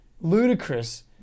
ludicrous